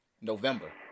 November